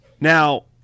Now